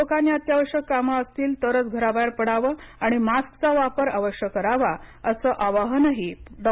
लोकांनी अत्यावश्यक कामं असतील तरंच घराबाहेर पडाव आणि मस्काचा वापर अवश्य करावा असं आवाहन डॉ